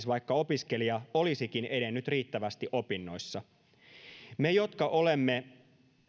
vaikka opiskelija olisikin edennyt riittävästi opinnoissa me jotka olemme